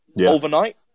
Overnight